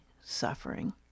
suffering